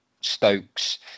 Stokes